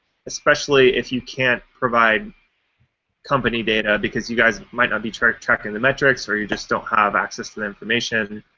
especially if you can't provide company data because you guys might not be tracking tracking the metrics or you just don't have access to the information,